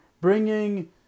bringing